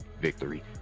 victory